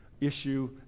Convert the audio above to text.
issue